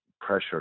pressure